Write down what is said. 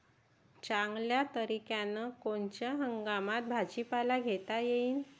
चांगल्या तरीक्यानं कोनच्या हंगामात भाजीपाला घेता येईन?